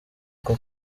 bwo